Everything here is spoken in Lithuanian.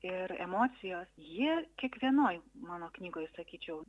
ir emocijos jie kiekvienoj mano knygoj sakyčiau